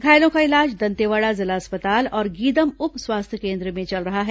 घायलों का इलाज दंतेवाड़ा जिला अस्पताल और गीदम उप स्वास्थ्य केन्द्र में चल रहा है